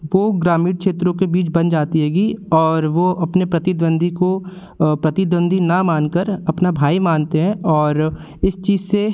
वह ग्रामीण क्षेत्रों के बीच बन जाती हैगी और वह अपने प्रतिद्वंदी को प्रतिद्वंदी न मान कर अपना भाई मानते हैं और इस चीज़ से